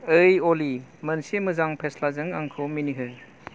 ओइ अलि मोनसे मोजां फेस्लाजों आंखौ मिनिहो